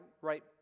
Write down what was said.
right